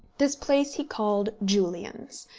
this place he called julians,